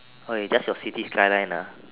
okay that's your city skyline ah